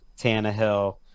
Tannehill